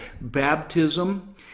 Baptism